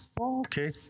okay